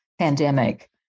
Pandemic